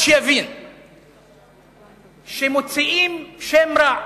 אז שיבין שמוציאים שם רע.